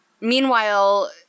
meanwhile